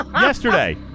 Yesterday